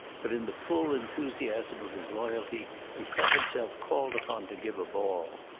but in the full enthusiasm of his loyalty he felt himself called upon to give a ball.